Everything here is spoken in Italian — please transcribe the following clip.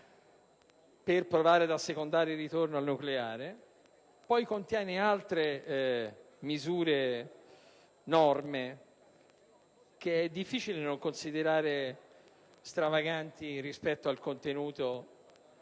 per provare ad assecondare il ritorno al nucleare, e contiene altre norme che è difficile non considerare stravaganti rispetto al contenuto che